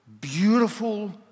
beautiful